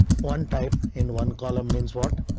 one type in one column means what?